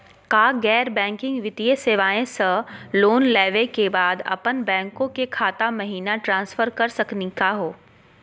का गैर बैंकिंग वित्तीय सेवाएं स लोन लेवै के बाद अपन बैंको के खाता महिना ट्रांसफर कर सकनी का हो?